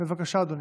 בבקשה, אדוני.